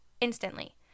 instantly